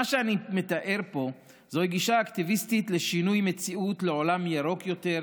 מה שאני מתאר פה זוהי גישה אקטיביסטית לשינוי מציאות לעולם ירוק יותר,